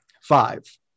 Five